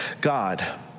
God